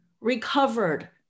recovered